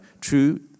true